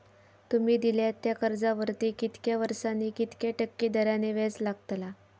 तुमि दिल्यात त्या कर्जावरती कितक्या वर्सानी कितक्या टक्के दराने व्याज लागतला?